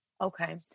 Okay